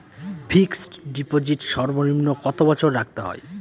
Fixed deposit সর্বনিম্ন কত বছর রাখতে হয়?